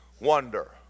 wonder